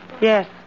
Yes